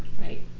right